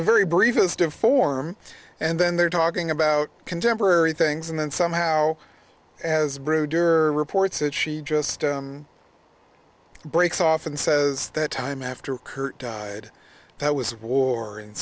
the very brief instant form and then they're talking about contemporary things and then somehow as brooder reports that she just breaks off and says that time after kurt said that was war in